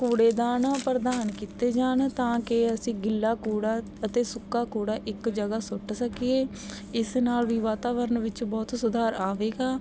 ਕੁੜੇਦਾਨ ਪ੍ਰਦਾਨ ਕੀਤੇ ਜਾਣ ਤਾਂ ਕਿ ਅਸੀਂ ਗਿੱਲਾ ਕੂੜਾ ਅਤੇ ਸੁੱਕਾ ਕੂੜਾ ਇੱਕ ਜਗ੍ਹਾ ਸੁੱਟ ਸਕੀਏ ਇਸ ਨਾਲ ਵੀ ਵਾਤਾਵਰਨ ਵਿੱਚ ਬਹੁਤ ਸੁਧਾਰ ਆਵੇਗਾ